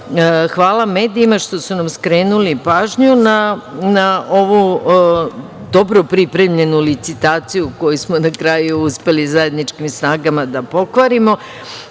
hvala medijima što su nam skrenuli pažnju na ovu dobro pripremljenu licitaciju koju smo na kraju uspeli zajedničkim snagama da pokvarimo.